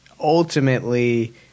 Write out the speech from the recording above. ultimately